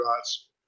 dots